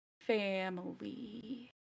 family